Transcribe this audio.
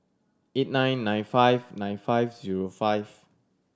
eight nine nine five nine five zero five